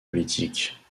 politique